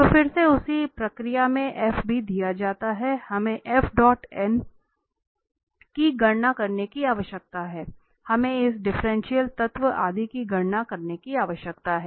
तो फिर से उसी प्रक्रिया में F भी दिया जाता है हमें की गणना करने की आवश्यकता है हमें इस डिफ्रेंटिएल तत्व आदि की गणना करने की आवश्यकता है